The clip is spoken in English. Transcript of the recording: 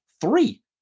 three